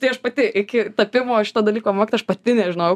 tai aš pati iki tapimo šito dalyko mokytoja aš pati nežinojau